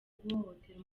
guhohotera